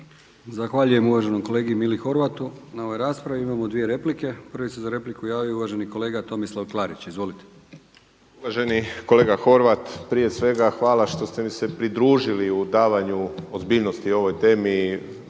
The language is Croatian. Zahvaljujem uvaženom kolegi Mili Horvatu na ovoj raspravi. Imamo dvije replike. Prvi se za repliku javio uvaženi kolega Tomislav Klarić, izvolite. **Klarić, Tomislav (HDZ)** Uvaženi kolega Horvat, prije svega hvala što ste mi se pridružili u davanju ozbiljnosti ovoj temi